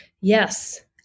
Yes